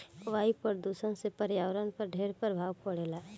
वायु प्रदूषण से पर्यावरण पर ढेर प्रभाव पड़ेला